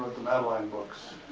the madeline books.